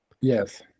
Yes